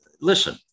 listen